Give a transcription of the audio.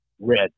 Red